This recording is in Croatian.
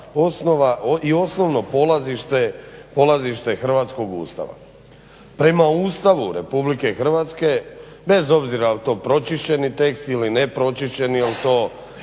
je osnovno polazite hrvatskog Ustava. Prema Ustavu RH bez obzira jel to pročišćeni tekst ili nepročišćeni,